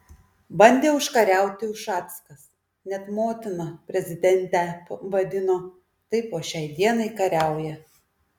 bandė užkariauti ušackas net motina prezidentę vadino tai po šiai dienai kariauja